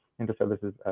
Inter-Services